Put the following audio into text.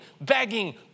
begging